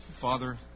Father